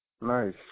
Nice